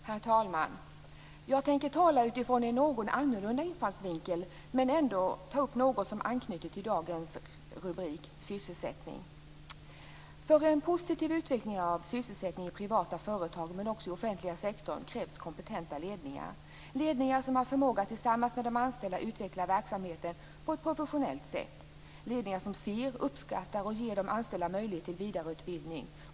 Herr talman! Jag tänker tala utifrån en något annorlunda infallsvinkel men ändå ta upp något som anknyter till dagens rubrik, sysselsättning. För en positiv utveckling av sysselsättningen i privata företag men också i offentlig sektor krävs kompetenta ledningar, som har förmåga att tillsammans med de anställda utveckla verksamheten på ett professionellt sätt och som ser, uppskattar och ger de anställda möjlighet till vidareutbildning.